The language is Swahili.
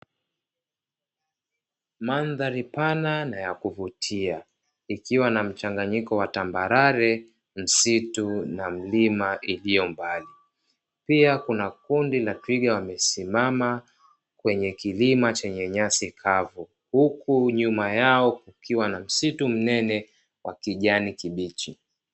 Mandhari pana na ya kuvutia ikiwa na mchanganyiko wa tambarare, msitu na mlima iliyo mbali, pia kuna kundi la twiga wamesimama kwenye kilima chenye nyasi kavu huku nyuma yao kukiwa na msitu mnene wa kijani kibichi.